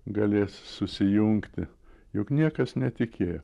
galės susijungti juk niekas netikėjo